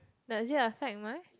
does it affect mine